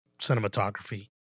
cinematography